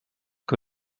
que